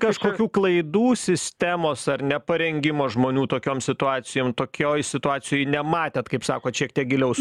kažkokių klaidų sistemos ar neparengimo žmonių tokiom situacijom tokioj situacijoj nematėt kaip sakot šiek tiek giliau